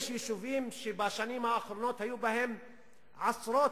יש יישובים שבשנים האחרונות היו בהם עשרות,